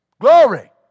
Glory